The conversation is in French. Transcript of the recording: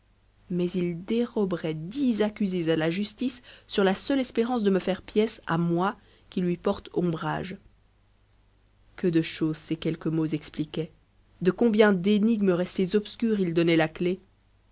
mais il déroberait dix accusés à la justice sur la seule espérance de me faire pièce à moi qui lui porte ombrage que de choses ces quelques mots expliquaient de combien d'énigmes restées obscures ils donnaient la clef